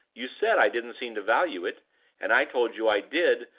you said i didn't seem to value it and i told you i did,